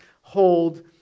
hold